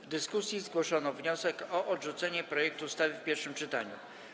W dyskusji zgłoszono wniosek o odrzucenie projektu ustawy w pierwszym czytaniu.